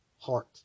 heart